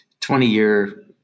20-year